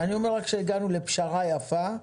ואני אומר לך שהגענו לפשרה יפה,